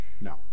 no